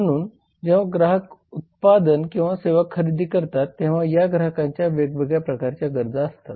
म्हणून जेव्हा ग्राहक उत्पादन किंवा सेवा खरेदी करतात तेव्हा या ग्राहकांच्या वेगवेगळ्या प्रकारच्या गरजा असतात